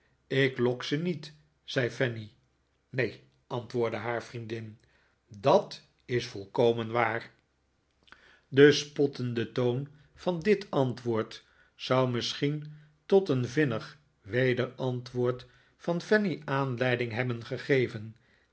lok ze niet zei fanny neen antwoordde haar vriendin dat is volkomen waar de spottende toon van dit antwoord zou misschien tot een vinnig wederantwoord van fanny aanleiding hebben gegeven